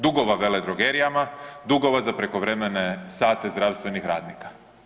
Dugova veledrogerijama, dugova za prekovremene sate zdravstvenih radnika.